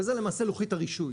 וזה למעשה לוחית הרישוי